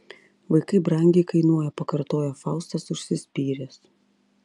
vaikai brangiai kainuoja pakartoja faustas užsispyręs